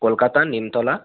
Kolkata Nimtala